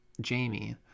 Jamie